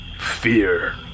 fear